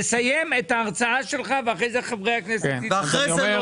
לסיים את ההרצאה שלך ואז חברי הכנסת ישאלו.